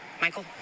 Michael